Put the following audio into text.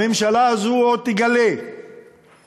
הממשלה הזו עוד תגלה שהפירות